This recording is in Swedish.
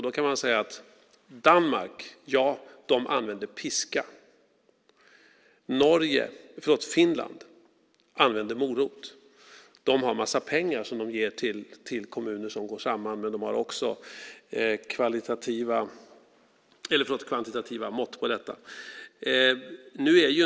Då kan man säga att Danmark, ja, de använde piska. Finland använde morot. De har en massa pengar som de ger till kommuner som går samman, men de har också kvantitativa mått på detta.